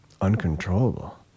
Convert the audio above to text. uncontrollable